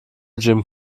jim